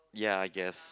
ya I guess